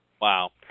Wow